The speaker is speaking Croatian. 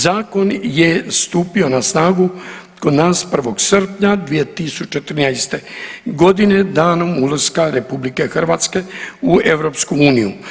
Zakon je stupio na snagu kod nas 1. srpnja 2013. godine danom ulaska RH u EU.